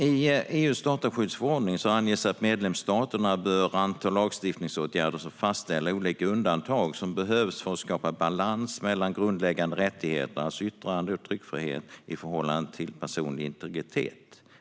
I EU:s dataskyddsförordning anges att medlemsstaterna bör vidta lagstiftningsåtgärder som fastställer de olika undantag som behövs för att skapa balans mellan grundläggande rättigheter, alltså yttrande och tryckfrihet, i förhållande till personlig integritet.